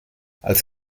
als